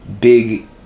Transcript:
big